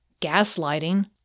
gaslighting